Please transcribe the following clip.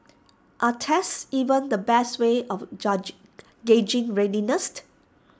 are tests even the best way of gauging